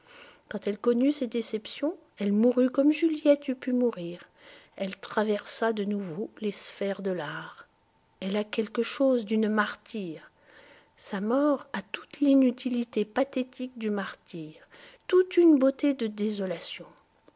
quand elle connut ses déceptions elle mourut comme juliette eût pu mourir elle traversa de nouveau les sphères de l'art elle a quelque chose d'une martyre sa mort a toute l'inutilité pathétique du martyre toute une beauté de désolation